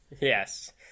Yes